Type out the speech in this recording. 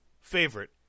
favorite